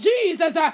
Jesus